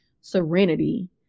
serenity